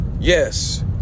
Yes